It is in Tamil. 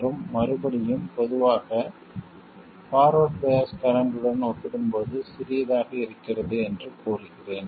மற்றும் மறுபடியும் பொதுவாக ஃபார்வர்ட் பயாஸ் கரண்ட் உடன் ஒப்பிடும்போது சிறியதாகச் இருக்கிறது என்று கூறுகிறேன்